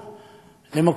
למקור מים,